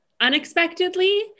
unexpectedly